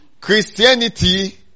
Christianity